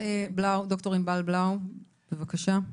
ד"ר עינבל בלאו, בבקשה.